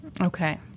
Okay